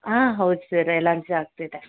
ಹಾಂ ಹೌದ್ sir allergy ಆಗ್ತಿದೆ